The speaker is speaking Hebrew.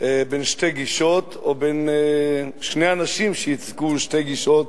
בין שתי גישות או בין שני אנשים שייצגו שתי גישות,